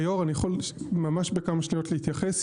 היושב-ראש, אני יכול ממש בכמה שניות להתייחס.